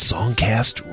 Songcast